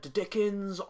dickens